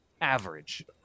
average